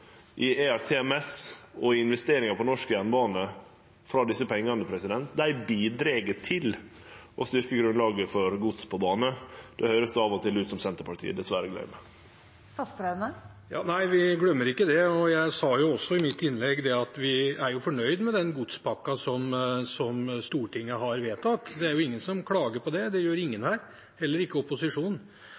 vedlikehald, ERTMS og investeringar på norsk jernbane – frå desse pengane, bidreg til å styrkje grunnlaget for gods på bane. Det høyrest det av og til ut som at Senterpartiet dessverre gløymer. Nei, vi glemmer ikke det. Jeg sa jo også i mitt innlegg at vi er fornøyd med den godspakken som Stortinget har vedtatt. Det er ingen som klager på den – det gjør ingen her, heller ikke opposisjonen.